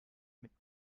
mit